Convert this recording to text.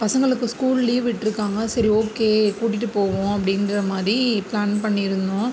பசங்களுக்கு school leave விட்டிருக்காங்க சரி ஓகே கூட்டிகிட்டு போவோம் அப்படின்ற மாதிரி பிளான் பண்ணியிருந்தோம்